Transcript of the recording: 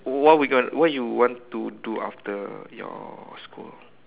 what we gon~ what you want to do after your school